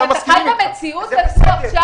אתם בעניין ואני רוצה תשובה.